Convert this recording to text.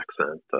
accent